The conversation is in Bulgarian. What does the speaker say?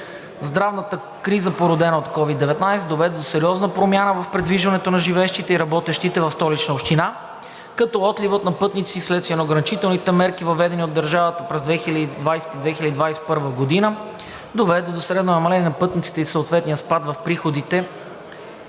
Здравната криза, породена от COVID-19, доведе до сериозна промяна в придвижването и на работещите в Столична община. Отливът на пътници вследствие на ограничителните мерки, въведени от държавата през 2020 г. и 2021 г., доведе до средно намаление на пътниците и съответния спад в приходите